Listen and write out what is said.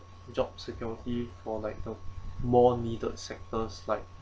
job security for like the more needed sectors like